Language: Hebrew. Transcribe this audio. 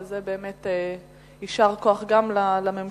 ועל כך באמת יישר כוח גם לממשלות,